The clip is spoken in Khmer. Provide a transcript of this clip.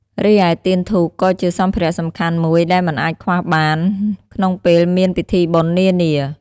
រីឯ ទៀនធូបក៏ជាសម្ភារៈសំខាន់មួយ ដែលមិនអាចខ្វះបានក្នុងពេលមានពិធីបុណ្យនានា។